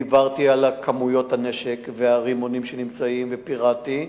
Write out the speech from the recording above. דיברתי על כמויות הנשק והרימונים שנמצאים ופירטתי.